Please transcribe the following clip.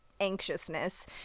anxiousness